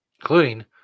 Including